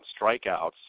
strikeouts